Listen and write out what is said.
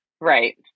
Right